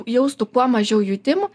jaustų kuo mažiau jutimų